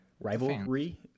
rivalry